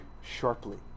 sharply